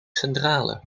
centrale